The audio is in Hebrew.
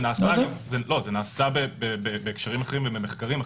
זה נעשה בהקשרים אחרים ובמחקרים אחרים.